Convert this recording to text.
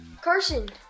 Carson